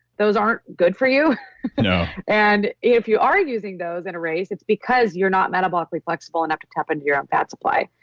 those aren't good for you. no and if you are using those in a race, it's because you're not metabolically flexible enough to tap into your own fat supply.